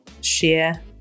share